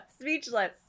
Speechless